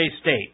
State